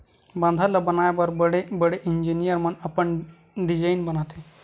बांधा ल बनाए बर बड़े बड़े इजीनियर मन अपन डिजईन बनाथे